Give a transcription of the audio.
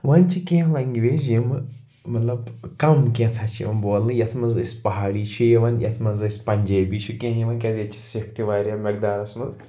وۄنۍ چھِ کیٚنٛہہ لنٛگویج یِم مطلب کم کینٛژھا چھِ یِوان بولنہٕ یَتھ منٛز اسہِ پہاڑی چھُ یِوان یَتھ منٛز اسہِ پنٛجٲبی چھُ کیٚنٛہہ یِوان کیٛازِ ییٚتہِ چھِ سِکھ تہِ واریاہ مقدارَس منٛز